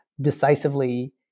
decisively